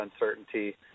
uncertainty